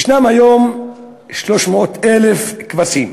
יש היום 300,000 כבשים